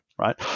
Right